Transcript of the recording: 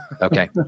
Okay